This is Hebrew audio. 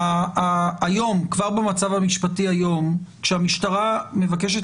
כבר במצב המשפטי היום כשהמשטרה מבקשת